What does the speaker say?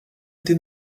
été